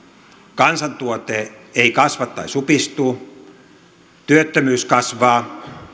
kansantuote ei kasva tai supistuu työttömyys kasvaa